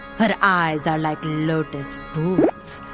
her eyes are like lotus pools.